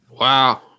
Wow